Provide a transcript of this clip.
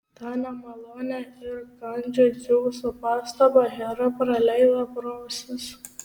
tą nemalonią ir kandžią dzeuso pastabą hera praleido pro ausis